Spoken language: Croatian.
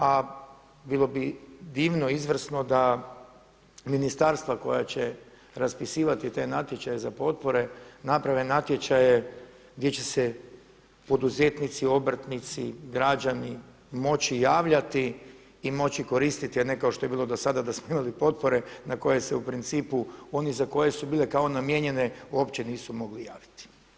A bilo bi divno i izvrsno da ministarstva koja će raspisivati te natječaje za potpore naprave natječaje gdje će se poduzetnici, obrtnici, građani moći javljati i moći koristiti, a ne kao što je bilo do sada da smo imali potpore na koje se u principu oni za koje su bile namijenjene uopće nisu mogli javiti.